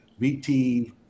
VT